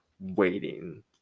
waiting